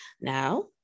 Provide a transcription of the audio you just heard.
now